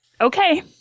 Okay